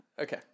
Okay